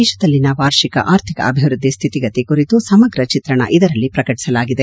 ದೇಶದಲ್ಲಿನ ವಾರ್ಷಿಕ ಆರ್ಥಿಕ ಅಭಿವ್ಯದ್ಲಿ ಸ್ಲಿತಿಗತಿ ಕುರಿತು ಸಮಗ್ರ ಚಿತ್ರಣ ಇದರಲ್ಲಿ ಪ್ರಕಟಿಸಲಾಗಿದೆ